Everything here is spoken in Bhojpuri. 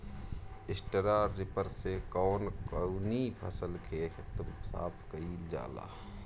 स्टरा रिपर से कवन कवनी फसल के खेत साफ कयील जाला?